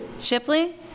shipley